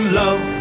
love